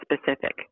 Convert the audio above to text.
specific